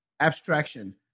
abstraction